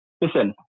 Listen